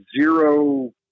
zero